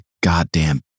goddamn